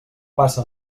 passa